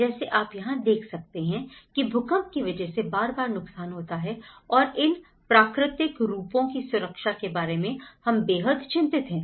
जैसे आप यहां देख सकते हैं कि भूकंप की वजह से बार बार नुकसान होता है और इन प्राकृतिक रूपों की सुरक्षा के बारे में हम बेहद चिंतित हैं